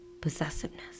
possessiveness